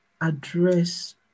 address